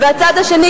והצד השני,